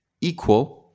equal